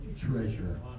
treasure